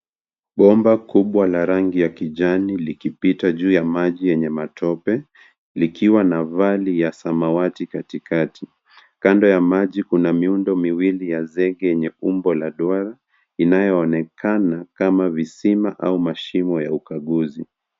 Bomba kubwa la rangi ya kijani likipita juu ya maji yenye matope, likiwa na vali ya samawati katikati. Kando ya maji kuna miundo miwili ya zege yenye umbo la duara, inayoonekana kama visima au mashimo ya ukaguzi.